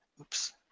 Oops